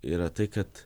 yra tai kad